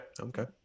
Okay